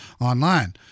online